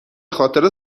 خاطر